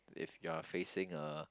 if you are facing a